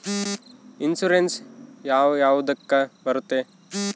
Insurance ಯಾವ ಯಾವುದಕ್ಕ ಬರುತ್ತೆ?